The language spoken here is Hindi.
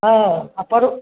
हाँ और पड़ो